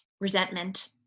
resentment